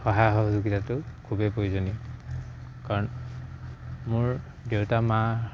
সহায় সহযোগিতাটো খুবেই প্ৰয়োজনীয় কাৰণ মোৰ দেউতা মা